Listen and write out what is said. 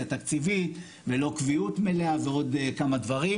תקציבית ולא קביעות מלאה ועוד כמה דברים.